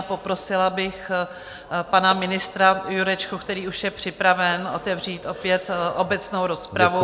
Poprosila bych pana ministra Jurečku, který už je připraven otevřít opět obecnou rozpravu.